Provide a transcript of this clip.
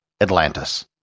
Atlantis